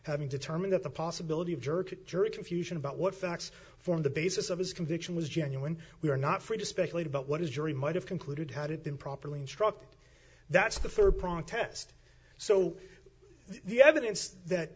having determined at the possibility of jerk jury confusion about what facts form the basis of his conviction was genuine we are not free to speculate about what is jury might have concluded had it been properly instructed that's the rd prong test so the evidence that